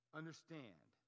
understand